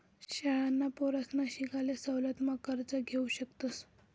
शाळांना पोरसना शिकाले सवलत मा कर्ज घेवू शकतस